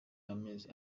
amezi